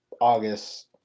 August